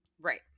Right